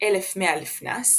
שנת 1100 לפנה"ס,